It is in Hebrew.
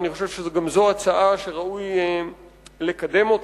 ואני חושב שזו הצעה שראוי לקדם,